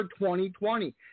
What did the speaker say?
2020